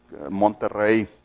Monterrey